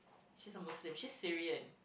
she's a Muslim she's Syrian